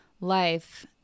life